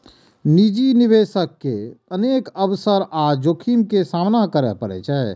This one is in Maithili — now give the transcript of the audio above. निजी निवेशक के अनेक अवसर आ जोखिम के सामना करय पड़ै छै